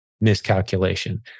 miscalculation